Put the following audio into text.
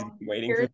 waiting